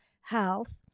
health